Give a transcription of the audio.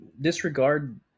disregard